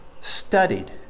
studied